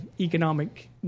economic